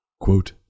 Quote